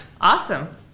Awesome